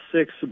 six